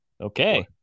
Okay